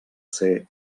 ser